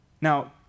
Now